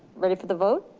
ready for the vote?